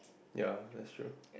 ya that's true